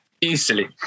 easily